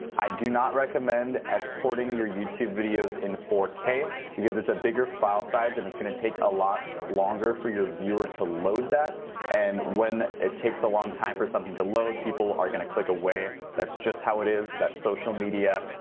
i do not recommend exporting your youtube videos in four k because it's a bigger file size and it's gonna take a lot longer for your viewer to load that and when it takes a long time for something to load people are gonna click away that's just how it is that's social media.